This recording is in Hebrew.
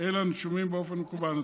אל הנישומים באופן מקוון.